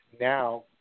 now